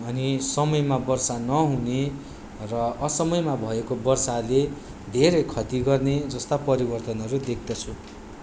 अनि समयमा वर्षा नहुने र असमयमा भएको वर्षाले धेर खति गर्ने जस्ता परिवर्तनहरू देख्दछु